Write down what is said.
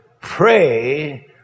pray